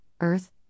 Earth